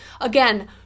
Again